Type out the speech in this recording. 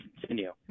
continue